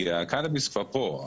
כי הקנאביס כבר פה.